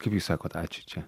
kaip jūs sakot ačiū čia